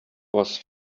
was